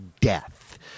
death